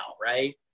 Right